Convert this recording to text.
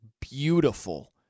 beautiful